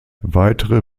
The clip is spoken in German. weitere